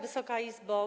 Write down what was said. Wysoka Izbo!